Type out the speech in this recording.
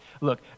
Look